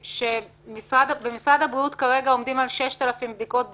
במשרד הבריאות כרגע עומדים על 6,000 בדיקות ביום.